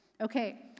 Okay